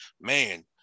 man